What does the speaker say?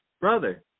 brother